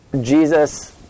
Jesus